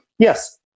Yes